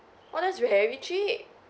oh that's very cheap